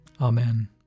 Amen